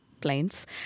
planes